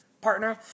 partner